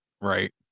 Right